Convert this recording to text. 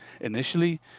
initially